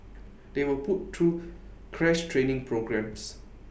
they were put through crash training programmes